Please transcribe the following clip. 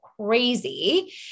crazy